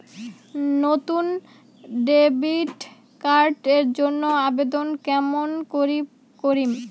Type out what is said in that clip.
নতুন debit card এর জন্যে আবেদন কেমন করি করিম?